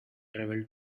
travelled